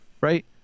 right